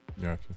Gotcha